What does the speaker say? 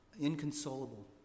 inconsolable